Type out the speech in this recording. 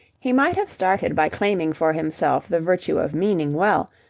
he might have started by claiming for himself the virtue of meaning well,